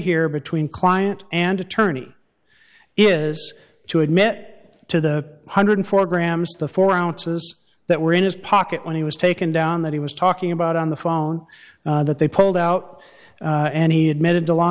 here between client and attorney is to admit to the one hundred and four grams the four ounces that were in his pocket when he was taken down that he was talking about on the phone that they pulled out and he admitted to law